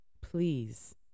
please